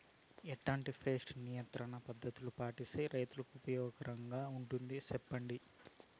ఎట్లాంటి పెస్ట్ నియంత్రణ పద్ధతులు పాటిస్తే, రైతుకు ఉపయోగంగా ఉంటుంది సెప్పండి?